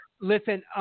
Listen